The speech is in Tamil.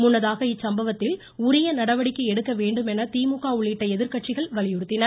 முன்னதாக இச்சம்பவத்தில் உரிய நடவடிக்கை எடுக்க வேண்டும் என திமுக உள்ளிட்ட எதிர்கட்சிகள் வலியுறுத்தின